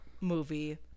movie